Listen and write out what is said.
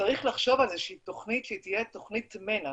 לחשוב על איזה שהיא תוכנית שתהיה תוכנית מנע,